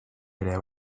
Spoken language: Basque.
ere